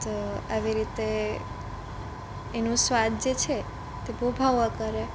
તો આવી રીતે એનો સ્વાદ જે છે એ બહુ ભાવ્યા કરે